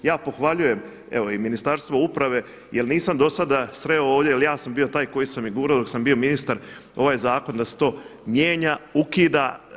Ja pohvaljujem evo i Ministarstvo uprave jer nisam do sada sreo ovdje jer ja sam bio taj koji sam i gurao dok sam bio ministar ovaj zakon da se to mijenja, ukida.